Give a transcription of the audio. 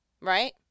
right